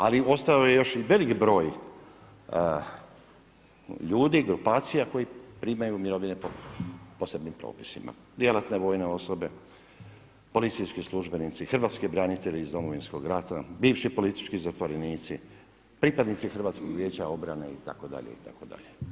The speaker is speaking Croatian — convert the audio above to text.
Ali ostao je još i velik broj ljudi, grupacija koji primaju mirovine po posebnim propisima, djelatne vojne osobe, policijski službenici, hrvatski branitelji iz Domovinskog rata, bivši politički zatvorenici, pripadnici Hrvatskog vijeća obrane itd., itd.